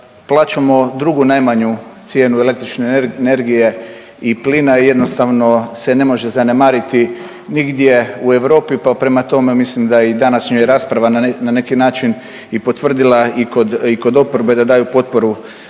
plaćamo drugu najmanju cijenu električne energije i plina jednostavno se ne može zanemariti nigdje u Europi, pa prema tome mislim da je i današnja rasprava na neki način i potvrdila i kod, i kod oporbe da daju potporu